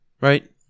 right